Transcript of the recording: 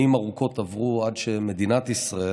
שנים ארוכות עברו עד שמדינת ישראל,